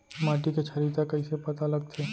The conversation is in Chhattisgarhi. माटी के क्षारीयता कइसे पता लगथे?